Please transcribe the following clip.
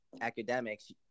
academics